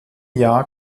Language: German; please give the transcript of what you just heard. jahr